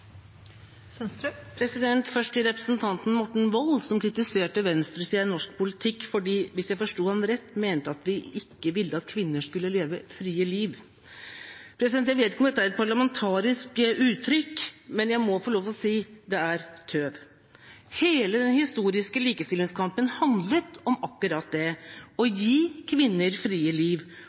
Først til representanten Morten Wold, som kritiserte venstresida i norsk politikk fordi han – hvis jeg forsto ham rett – mente at vi ikke ville at kvinner skulle leve frie liv. Jeg vet ikke om dette er et parlamentarisk uttrykk, men jeg må få lov til å si at det er tøv. Hele den historiske likestillingskampen handlet om akkurat det, å gi kvinner frie liv,